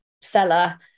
seller